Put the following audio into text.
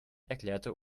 erklärte